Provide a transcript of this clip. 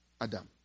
Adam